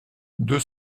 deux